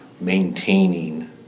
maintaining